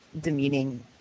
demeaning